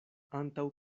antaŭ